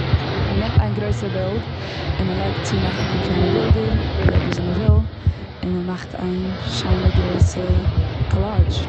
מ'נעמט איין גרויסע בילד, און מ'לייגט צו נאך אפאר בילדער, לויט וואס מ'וויל. און מ'מאכט איין שיינע גרויסע קאלאדזש.